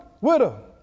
widow